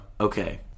Okay